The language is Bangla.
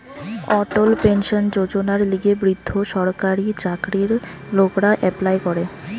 অটল পেনশন যোজনার লিগে বৃদ্ধ সরকারি চাকরির লোকরা এপ্লাই করে